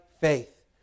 faith